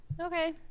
Okay